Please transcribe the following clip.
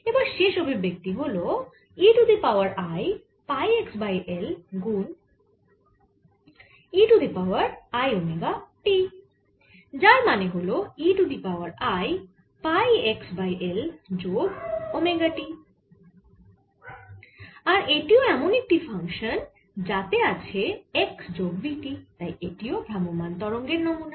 এবার শেষ অভিব্যক্তি হল e to the power i pi x by L গুন to the power i omega t যার মানে হল e to the power i pi x by L যোগ ওমেগা t আর এটিও এমন একটি ফাংশান যাতে আছে x যোগ v t আর তাই এটিও ভ্রাম্যমাণ তরঙ্গের নমুনা